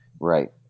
Right